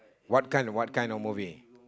what kind what kind of movie